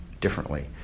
differently